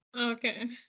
Okay